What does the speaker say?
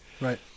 right